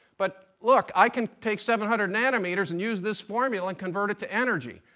but look, i can take seven hundred nanometers and use this formula and convert it to energy.